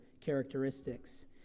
characteristics